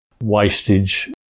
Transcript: wastage